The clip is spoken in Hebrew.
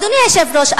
אדוני היושב-ראש,